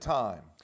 time